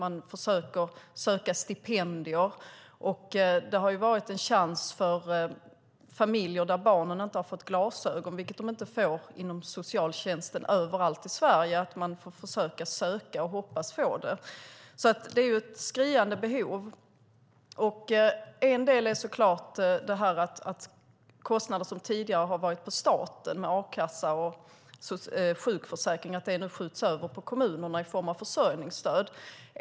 Man söker stipendier. Det har varit en möjlighet för familjer där barnen inte har fått glasögon, vilket de inte får inom socialtjänsten överallt i Sverige. Man får söka och hoppas få det. Det är ett skriande behov. Kostnader som tidigare har legat på staten som a-kassa och sjukförsäkringar skjuts nu över på kommunerna i form av försörjningsstöd.